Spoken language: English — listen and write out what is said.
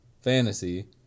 fantasy